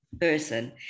person